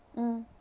mm